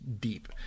deep